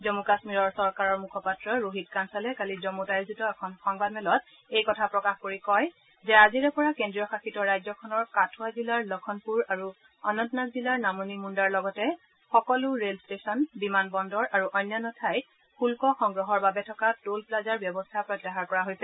জম্মু কাশ্মীৰৰ চৰকাৰৰ মুখপাত্ৰ ৰোহিত কাঞ্চালে কালি জম্মুত আয়োজিত এখন সংবাদমেলত এই কথা প্ৰকাশ কৰি কয় যে আজিৰে পৰা কেন্দ্ৰীয়শাসিত ৰাজ্যখনৰ কাথুৱা জিলাৰ লখনপুৰ আৰু অনন্তনাগ জিলাৰ নামনি মুগাৰ লগতে সকলো ৰেল ষ্টেচন বিমান বন্দৰ আৰু অন্যান্য ঠাইত শুব্ধ সংগ্ৰহৰ বাবে থকা টোল প্লাজাৰ ব্যৱস্থা প্ৰত্যাহাৰ কৰা হৈছে